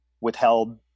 withheld